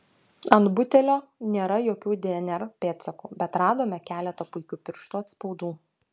ant butelio nėra jokių dnr pėdsakų bet radome keletą puikių pirštų atspaudų